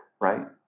right